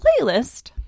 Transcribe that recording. playlist